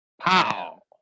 Pow